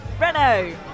Renault